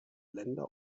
länder